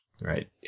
Right